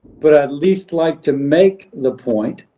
but i'd least like to make the point.